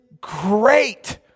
great